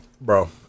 Bro